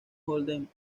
holden